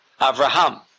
Avraham